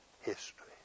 history